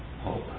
hope